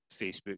Facebook